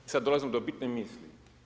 Sad dolazimo do bitne misli.